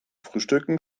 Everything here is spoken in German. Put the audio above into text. frühstücken